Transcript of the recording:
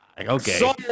Okay